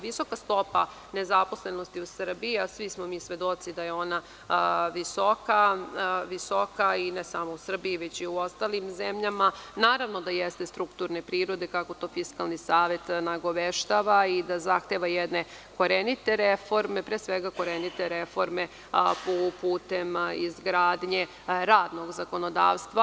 Visoka stopa nezaposlenosti u Srbiji, a svi smo mi svedoci da je ona visoka, i ne samo u Srbiji već i u ostalim zemljama, naravno da jeste strukturne prirode, kako to nagoveštava Fiskalni savet i da zahteva jedne korenite reforme, pre svega korenite reforme putem izgradnje radnog zakonodavstva.